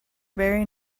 very